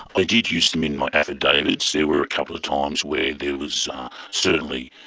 i did use them in my affidavits. there were a couple of times where there was certainly,